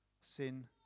sin